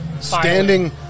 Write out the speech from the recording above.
standing